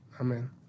Amen